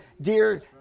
dear